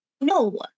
no